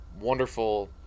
wonderful